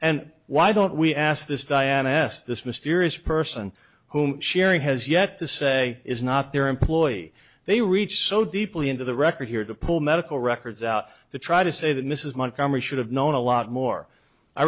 and why don't we ask this diane asked this mysterious person whom sharon has yet to say is not their employee they reach so deeply into the record here to pull medical records out to try to say that mrs montgomery should have known a lot more i